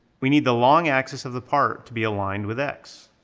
we need the long axis of the part to be aligned with x.